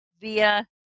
via